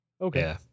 Okay